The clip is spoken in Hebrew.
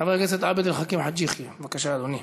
חבר הכנסת עבד אל חכים חאג' יחיא, בבקשה, אדוני.